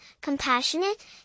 compassionate